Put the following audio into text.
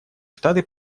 штаты